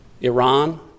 Iran